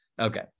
Okay